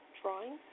drawing